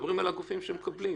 מדברים על הגופים שמקבלים.